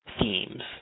themes